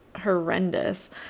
horrendous